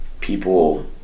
people